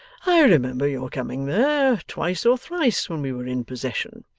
i remember your coming there, twice or thrice, when we were in possession.